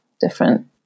different